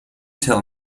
tell